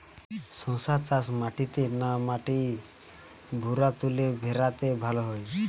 শশা চাষ মাটিতে না মাটির ভুরাতুলে ভেরাতে ভালো হয়?